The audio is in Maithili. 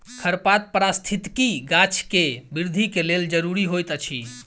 खरपात पारिस्थितिकी गाछ के वृद्धि के लेल ज़रूरी होइत अछि